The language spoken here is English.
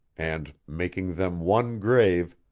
and, making them one grave,